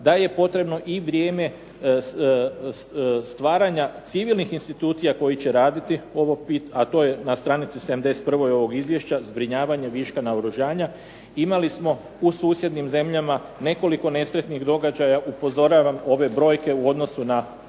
da je potrebno i vrijeme stvaranja civilnih institucija koji će raditi, a to je na stranici 71. ovog izvješća, zbrinjavanje viška naoružanja, imali smo u susjednim zemljama nekoliko nesretnijih događaja, upozoravam ove brojke u odnosu na